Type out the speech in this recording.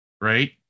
right